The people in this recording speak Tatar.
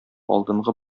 алдынгы